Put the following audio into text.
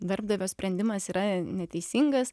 darbdavio sprendimas yra neteisingas